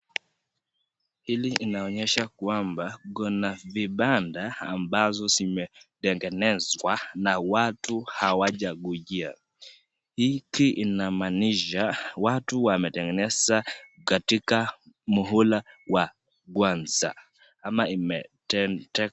Hili inaonyesha kwamba kuna vibanda ambazo zimetengenezwa na watu hawajakuja. Hiki inamaanisha watu wametengeneza katika muhula wa kwanza ama imetengenezwa.